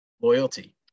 loyalty